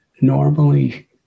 normally